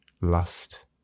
lust